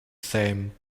same